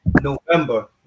November